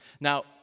Now